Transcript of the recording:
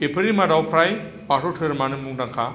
बेफोरनि मादाव फ्राय बाथौ धोरोमानो मुंदांखा